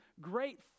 great